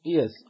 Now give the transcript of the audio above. Yes